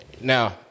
Now